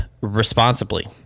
responsibly